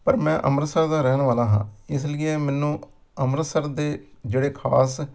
ਪਰ ਮੈਂ ਅੰਮ੍ਰਿਤਸਰ ਦਾ ਰਹਿਣ ਵਾਲਾ ਹਾਂ ਇਸ ਲਈ ਏ ਮੈਨੂੰ ਅੰਮ੍ਰਿਤਸਰ ਦੇ ਜਿਹੜੇ ਖਾਸ